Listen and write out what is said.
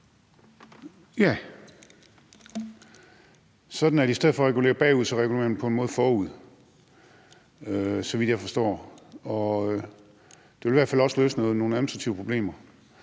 så i stedet for at regulere bagud regulerer man på en måde forud, så vidt jeg forstår. Det vil i hvert fald også løse nogle administrative problemer.